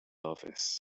office